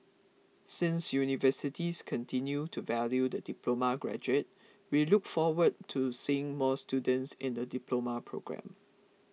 since universities continue to value the diploma graduate we look forward to seeing more students in the Diploma programme